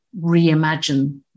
reimagine